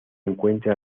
encuentra